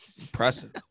Impressive